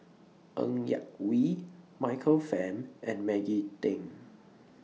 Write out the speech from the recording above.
Ng Yak Whee Michael Fam and Maggie Teng